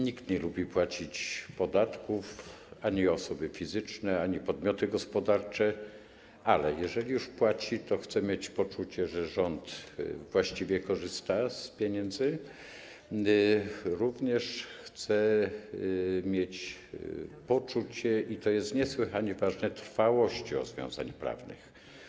Nikt nie lubi płacić podatków, ani osoby fizyczne, ani podmioty gospodarcze, ale jeżeli już się płaci, to chce się mieć poczucie, że rząd właściwie korzysta z pieniędzy, jak również poczucie - i to jest niesłychanie ważne - trwałości rozwiązań prawnych.